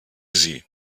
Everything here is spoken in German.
sie